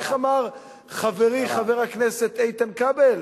איך אמר חברי חבר הכנסת איתן כבל?